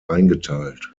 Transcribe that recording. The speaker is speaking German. eingeteilt